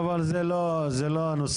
אבל זה לא הנושא.